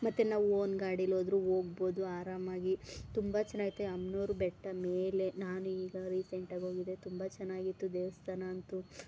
ಮತ್ತು ನಾವು ಓನ್ ಗಾಡೀಲಿ ಹೋದ್ರು ಹೋಗ್ಬೋದು ಆರಾಮಾಗಿ ತುಂಬ ಚನಾಗಿದೆ ಅಮ್ನೋರ ಬೆಟ್ಟ ಮೇಲೆ ನಾನೀಗ ರಿಸೆಂಟಾಗಿ ಹೋಗಿದ್ದೆ ತುಂಬ ಚೆನ್ನಾಗಿತ್ತು ದೇವಸ್ಥಾನ ಅಂತು